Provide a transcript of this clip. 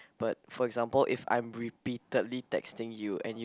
but for example if I'm repeatedly texting you and you